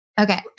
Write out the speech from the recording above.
Okay